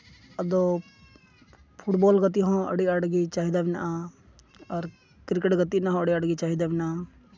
ᱟᱫᱚ ᱯᱷᱩᱴᱵᱚᱞ ᱜᱟᱛᱮ ᱦᱚᱸ ᱟᱹᱰᱤ ᱟᱸᱴᱜᱮ ᱪᱟᱹᱦᱤᱫᱟ ᱢᱮᱱᱟᱜᱼᱟ ᱟᱨ ᱠᱨᱤᱠᱮᱴ ᱜᱟᱛᱮᱜ ᱨᱮᱱᱟᱜ ᱦᱚᱸ ᱟᱹᱰᱤ ᱟᱸᱴᱜᱮ ᱪᱟᱹᱦᱤᱫᱟ ᱢᱮᱱᱟᱜᱼᱟ